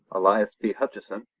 elias p. hutcheson,